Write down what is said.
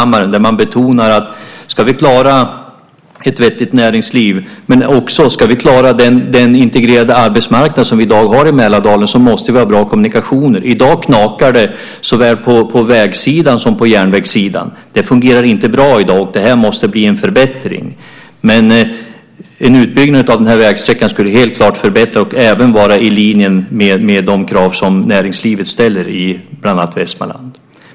Man betonar att ska vi klara ett vettigt näringsliv, men också den integrerade arbetsmarknad som vi i dag har i Mälardalen, så måste vi ha bra kommunikationer. I dag knakar det såväl på vägsidan som på järnvägssidan. Det fungerar inte bra i dag. Här måste det bli en förbättring. En utbyggnad av den här vägsträckan skulle helt klart vara en sådan förbättring och även vara i linje med de krav som näringslivet i bland annat Västmanland ställer.